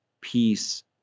peace